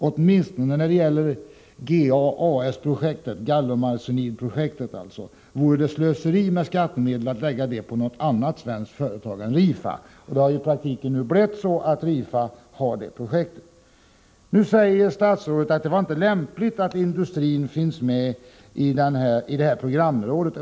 Åtminstone när det gäller GaAs-projektet vore det slöseri med skattemedel att lägga det på något annat svenskt företag än Rifa.” I praktiken har det blivit så att Rifa har fått ansvaret för gallinmarsenidofprojektet. Nu säger statsrådet att det inte är lämpligt att industrin finns med i programrådet.